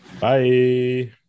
Bye